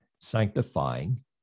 sanctifying